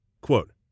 quote